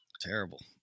Terrible